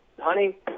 honey